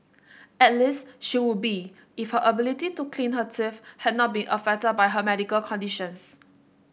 at least she would be if her ability to clean her teeth had not been affected by her medical conditions